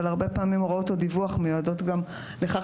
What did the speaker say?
הרבה פעמים הוראות הדיווח מיועדות גם לכך